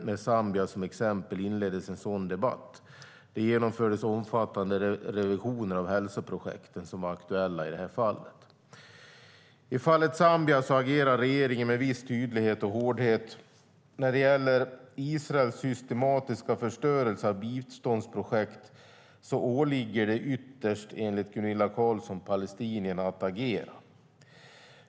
Med Zambia som exempel inleddes en sådan debatt. Det genomfördes omfattande revisioner av hälsoprojekten som var aktuella i det här fallet. I fallet Zambia agerade regeringen med viss tydlighet och hårdhet. När det gäller Israels systematiska förstörelse av biståndsprojekt åligger det ytterst, enligt Gunilla Carlsson, palestinierna att agera.